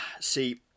See